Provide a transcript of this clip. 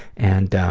and